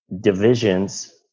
divisions